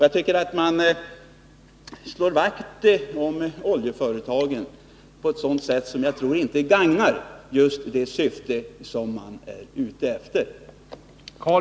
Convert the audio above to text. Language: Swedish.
Jag tycker att man slår vakt om oljeföretagen på ett sätt som inte gagnar det syfte man är ute efter.